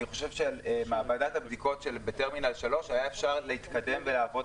אני חושב שעם מעבדת הבדיקות בטרמינל 3 היה אפשר להתקדם ולעבוד